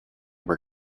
were